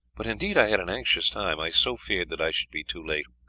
but indeed i had an anxious time, i so feared that i should be too late.